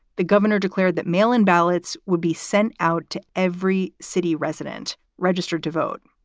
the governor declared that mail in ballots would be sent out to every city resident registered to vote.